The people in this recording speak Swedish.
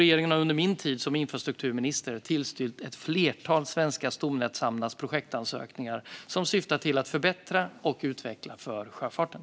Regeringen har under min tid som infrastrukturminister tillstyrkt ett flertal svenska stomnätshamnars projektansökningar som syftat till att förbättra och utveckla sjöfarten.